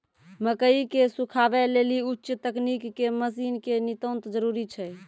मकई के सुखावे लेली उच्च तकनीक के मसीन के नितांत जरूरी छैय?